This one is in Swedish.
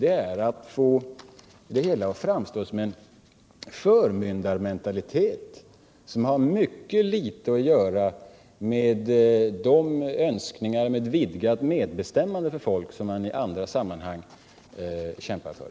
Det är att få det hela att framstå som en förmyndarmentalitet som har mycket litet att göra med de önskningar om ett vidgat medbestämmande för folk som man i andra sammanhang kämpar för.